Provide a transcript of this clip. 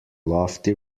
lofty